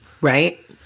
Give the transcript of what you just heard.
Right